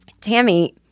Tammy